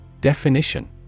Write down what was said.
Definition